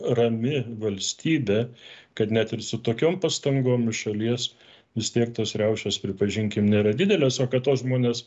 rami valstybė kad net ir su tokiom pastangom iš šalies vis tiek tos riaušės pripažinkim nėra didelės o kad tuos žmonės